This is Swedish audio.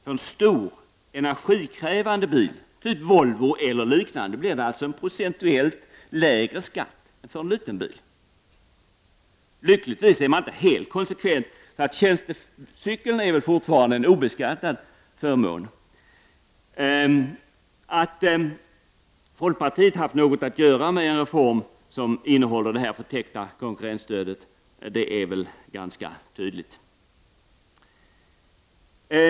För en stor, energikrävande bil, typ Volvo eller liknande, blir det alltså en procentuellt lägre skatt än för en liten bil. Lyckligtvis är man inte helt konsekvent, så tjänstecykeln är fortfarande en obeskattad förmån. Att folkpartiet haft något att göra med en reform som innehåller detta förtäckta konkurrensstöd är väl ganska tydligt.